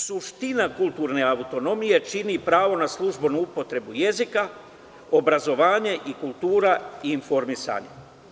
Suština kulturne autonomije čini pravo na službenu upotrebu jezika, obrazovanje i kultura i informisanje.